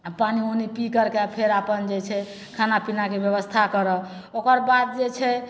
पानि उनि पी करिके फेर अपन जे छै खाना पीनाके बेबस्था करऽ ओकर बाद जे छै